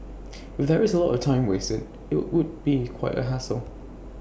if there is A lot of time wasted IT would be quite A hassle